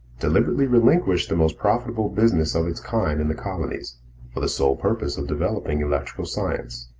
deliberately relinquished the most profitable business of its kind in the colonies for the sole purpose of developing electrical science.